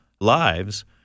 lives